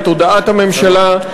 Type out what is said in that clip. את הודעת הממשלה.